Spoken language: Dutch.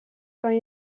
kan